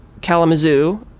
Kalamazoo